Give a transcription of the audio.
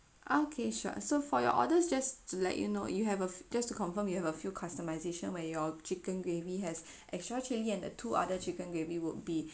okay sure so for your orders just to let you know you have a just to confirm you have a few customisation where your chicken gravy has extra chili and the two other chicken gravy would be